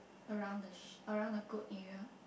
around the sh~ around the goat area